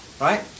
Right